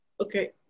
Okay